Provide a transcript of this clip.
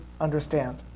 understand